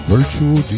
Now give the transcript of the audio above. Virtual